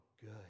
good